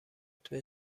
قطب